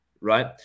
right